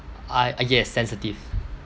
uh uh yes sensitive